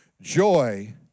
Joy